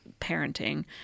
parenting